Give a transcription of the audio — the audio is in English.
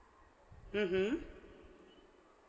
mmhmm